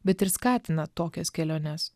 bet ir skatina tokias keliones